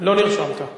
לא נרשמת.